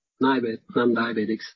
non-diabetics